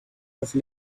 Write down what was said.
have